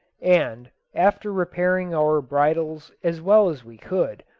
and, after repairing our bridles as well as we could,